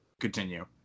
Continue